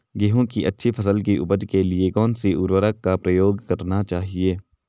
गेहूँ की अच्छी फसल की उपज के लिए कौनसी उर्वरक का प्रयोग करना चाहिए?